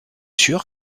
sûr